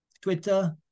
Twitter